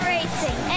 Racing